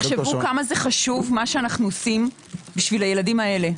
תחשבו כמה חשוב מה שאנו עושים בשביל הילדים האלה.